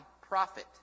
profit